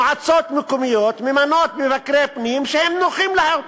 מועצות מקומיות ממנות מבקרי פנים שהם נוחים להן.